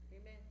Amen